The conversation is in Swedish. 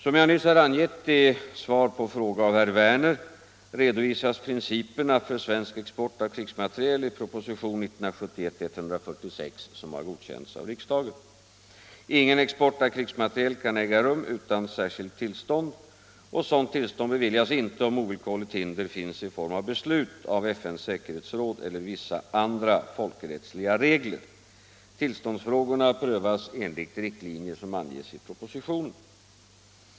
Som jag nyss har angivit i svar på fråga av herr Werner i Tyresö redovisas principerna för svensk export av krigsmateriel i propositionen 1971:146, som har godkänts av riksdagen. Ingen export av krigsmateriel kan äga rum utan särskilt tillstånd. Sådant tillstånd beviljas icke om ovillkorligt hinder finns i form av beslut av FN:s säkerhetsråd eller vissa andra folkrättsliga regler. Tillståndsfrågorna prövas enligt riktlinjer som anges i propositionen.